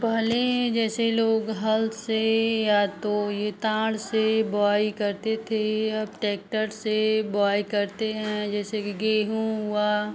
पहले जैसे लोग हल से या तो ये तांड़ से बोआई करते थे अब टैक्टर से बोआई करते हैं जैसे कि गेहूँ हुआ